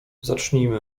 zacznijmy